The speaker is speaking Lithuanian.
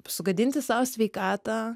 sugadinti sau sveikatą